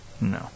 No